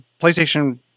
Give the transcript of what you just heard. PlayStation